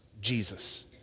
Jesus